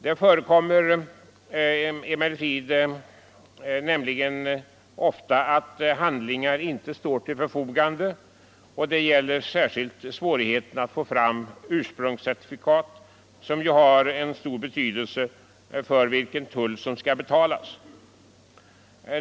Det förekommer nämligen ofta att handlingar inte står till förfogande; särskilt föreligger svårigheter att få fram ursprungscertifikat, som har stor betydelse för vilken tull som skall betalas.